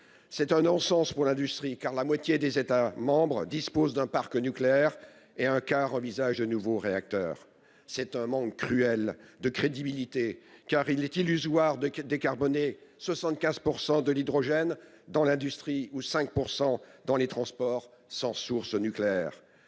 C'est un non-sens pour l'industrie car la moitié des États membres disposent d'un parc nucléaire et un quart envisagent de nouveaux réacteurs, c'est un manque cruel de crédibilité car il est illusoire de décarboner 75% de l'hydrogène dans l'industrie ou 5% dans les transports sans source nucléaire,